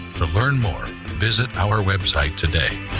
to learn more, visit our website today.